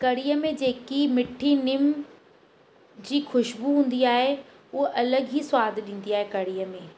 कढ़ीअ में जेकी मिठी नीम जी ख़ुशबू हूंदी आहे उहो अलॻि ई स्वादु ॾींदी आहे कढ़ीअ में